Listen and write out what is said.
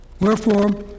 Wherefore